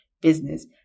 business